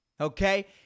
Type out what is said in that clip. Okay